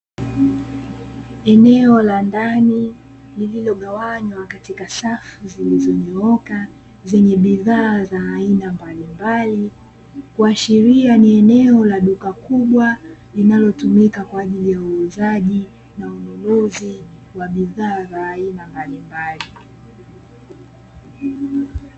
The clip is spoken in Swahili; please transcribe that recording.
Eneo la ndani lililogawanywa katika safu zilizonyooka zenye bidhaa za aina mbalimbali, kuashiria ni eneo la duka kubwa linalotumika kwa ajili ya uuzaji na ununuzi wa bidhaa za aina mbalimbali.